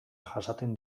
jasaten